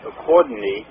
accordingly